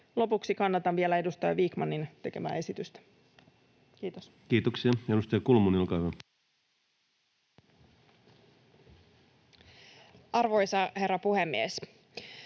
Lopuksi vielä kannatan edustaja Vikmanin tekemää esitystä. — Kiitos. Kiitoksia. — Edustaja Kulmuni, olkaa hyvä. Arvoisa herra puhemies!